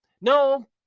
No